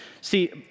See